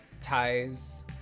ties